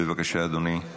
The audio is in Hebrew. בבקשה, אדוני.